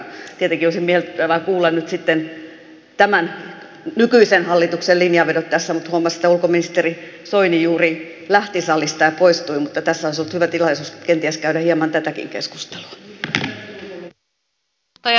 tietenkin olisi miellyttävää kuulla nyt sitten tämän nykyisen hallituksen linjanvedot tässä mutta huomasin että ulkoministeri soini juuri lähti salista ja poistui mutta tässä olisi ollut hyvä tilaisuus kenties käydä hieman tätäkin keskustelua